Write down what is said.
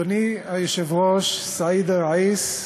אדוני היושב-ראש, סייד א-ראיס,